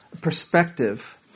perspective